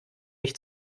mich